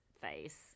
face